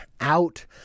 out